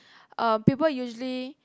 um people usually